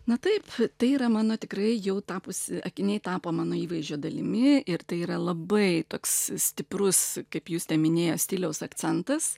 na taip tai yra mano tikrai jau tapusi akiniai tapo mano įvaizdžio dalimi ir tai yra labai toks stiprus kaip justė minėjo stiliaus akcentas